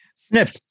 Snip